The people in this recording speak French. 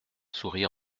sourit